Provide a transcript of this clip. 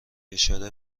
اشاره